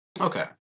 Okay